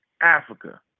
Africa